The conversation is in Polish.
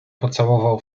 pocałował